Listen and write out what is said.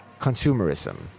consumerism